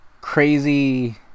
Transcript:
crazy